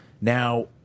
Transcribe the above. Now